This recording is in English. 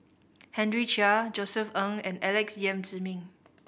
Henry Chia Josef Ng and Alex Yam Ziming